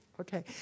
Okay